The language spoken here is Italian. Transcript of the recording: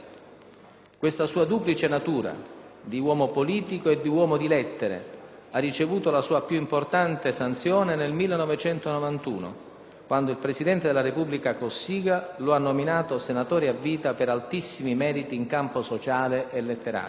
Questa sua duplice natura, di uomo politico e di uomo di lettere, ha ricevuto la sua più importante sanzione nel 1991, quando il presidente della Repubblica Cossiga lo ha nominato senatore a vita per altissimi meriti in campo sociale e letterario: